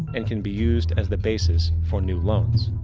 and can be used as the basis for new loans.